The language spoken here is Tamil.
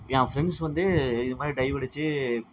என் ஃப்ரெண்ட்ஸ் வந்து இது மாதிரி டைவ் அடித்து